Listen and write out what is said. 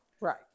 Right